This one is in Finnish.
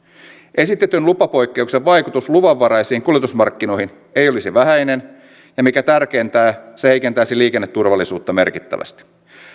esitetyn lupapoikkeuksen vaikutus luvanvaraisiin kuljetusmarkkinoihin ei olisi vähäinen ja mikä tärkeintä se heikentäisi liikenneturvallisuutta merkittävästi